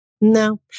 no